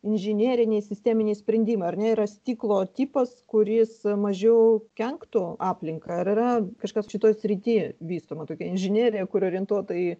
inžineriniai sisteminį sprendimą ar nėra stiklo tipas kuris mažiau kenktų aplinkai ar yra kažkas šitoj srity vystoma tokia inžinerija kuri orientuota į